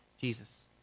Jesus